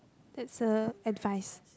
that's uh advice